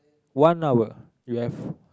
one hour you have